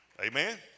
Amen